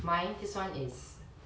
mine this one is